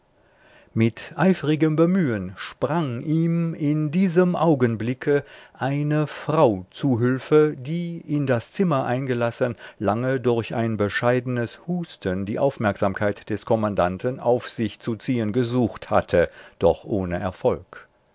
mit eifrigem bemühen sprang ihm in diesem augenblicke eine frau zu hülfe die in das zimmer eingelassen lange durch ein bescheidnes husten die aufmerksamkeit des kommandanten auf sich zu ziehen gesucht hatte doch ohne erfolg